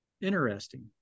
Interesting